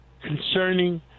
concerning